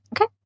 okay